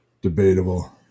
Debatable